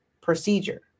Procedure